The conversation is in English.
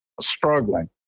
struggling